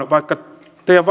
vaikka teidän